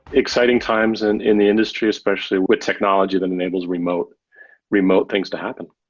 exciting times and in the industry especially with technology that enables remote remote things to happen.